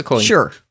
Sure